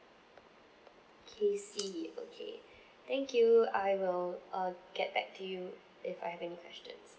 casey okay thank you I will uh get back to you if I have any questions